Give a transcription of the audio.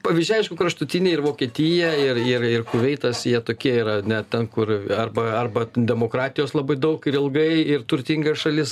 pavyzdžiai aišku kraštutiniai ir vokietija ir ir ir kuveitas jie tokie yra ne ten kur arba arba demokratijos labai daug ir ilgai ir turtinga šalis